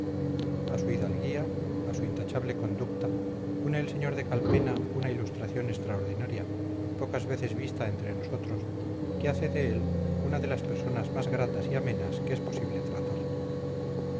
a su hidalguía a su intachable conducta une el sr de calpena una ilustración extraordinaria pocas veces vista entre nosotros que hace de él una de las personas más gratas y amenas que es posible tratar